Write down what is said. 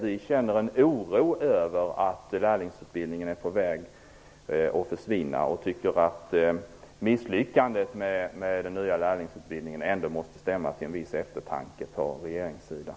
Vi känner en oro över att lärlingsutbildningen är på väg att försvinna och tycker att misslyckandet med denna borde stämma till en viss eftertanke på regeringssidan.